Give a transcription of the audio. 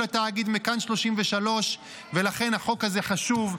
של התאגיד מכאן 33. ולכן החוק הזה חשוב,